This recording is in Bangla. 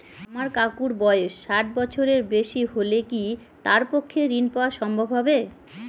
আমার কাকুর বয়স ষাট বছরের বেশি হলে কি তার পক্ষে ঋণ পাওয়া সম্ভব হবে?